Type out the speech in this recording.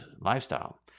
lifestyle